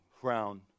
frown